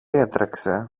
έτρεξε